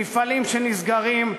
מפעלים שנסגרים,